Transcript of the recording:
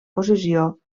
posició